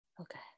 Okay